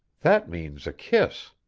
that means a kiss!